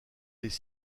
des